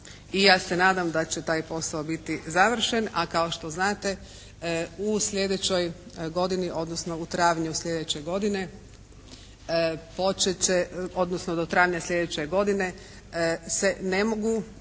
i ja se nadam da će taj posao biti završen, a kao što znate u sljedećoj godini, odnosno u travnju sljedeće godine počet će, odnosno do travnja sljedeće godine se ne mogu